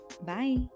Bye